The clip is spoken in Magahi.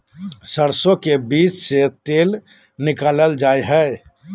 सरसो के बीज से तेल निकालल जा हई